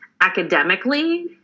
academically